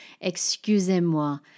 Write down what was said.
excusez-moi